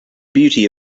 beauty